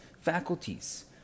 faculties